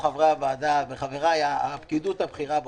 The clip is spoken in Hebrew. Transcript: חברי הוועדה והפקידות הבכירה באוצר: